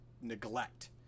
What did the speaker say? neglect